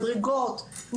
מדרגות,